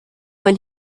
when